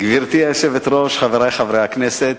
גברתי היושבת-ראש, חברי חברי הכנסת,